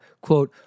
Quote